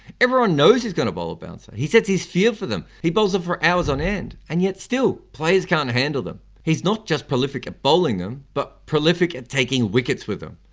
everyone knows he's going to bowl a bouncer. he sets his field for them, he bowls them for hours on end, and yet, still, players can't handle them. he's not just prolific at bowling them, but prolific at taking wickets with them.